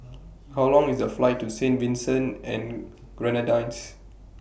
How Long IS The Flight to Saint Vincent and Grenadines